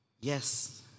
Yes